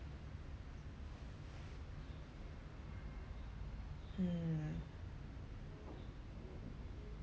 mm